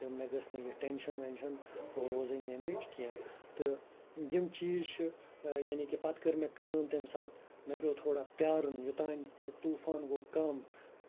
تہٕ مےٚ گٔژھ نہٕ یہٕ ٹینشین وینشین روزٕنۍ یَمِچ کینٛہہ تہٕ یِم چیٖز چھِ یعنی کہِ پتہٕ کٔر مےٚ کٲم تَمہِ ساتہٕ مےٚ پِیٚو تھوڑا پِیارُن یوتانۍ سُہ طوٗفان گوٚو کَم